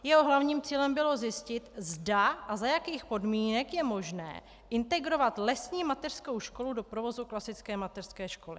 Jeho hlavním cílem bylo zjistit, zda a za jakých podmínek je možné integrovat lesní mateřskou školu do provozu klasické mateřské školy.